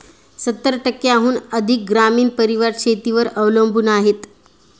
सत्तर टक्क्यांहून अधिक ग्रामीण परिवार शेतीवर अवलंबून आहेत